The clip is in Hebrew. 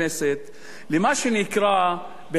למה שנקרא בחקר ביצועים,